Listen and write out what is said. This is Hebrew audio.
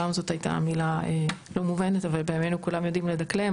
פעם זאת הייתה מילה לא מובנת אבל בימינו כולם יודעים לדקלם,